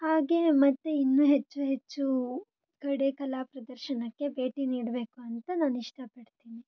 ಹಾಗೆ ಮತ್ತೆ ಇನ್ನೂ ಹೆಚ್ಚು ಹೆಚ್ಚು ಕಡೆ ಕಲಾ ಪ್ರದರ್ಶನಕ್ಕೆ ಭೇಟಿ ನೀಡಬೇಕು ಅಂತ ನಾನು ಇಷ್ಟಪಡ್ತೀನಿ